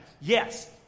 Yes